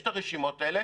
יש את הרשימות האלה,